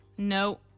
No